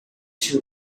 two